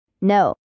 No